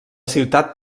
ciutat